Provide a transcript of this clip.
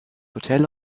hotel